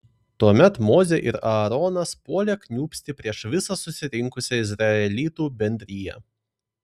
tuomet mozė ir aaronas puolė kniūbsti prieš visą susirinkusią izraelitų bendriją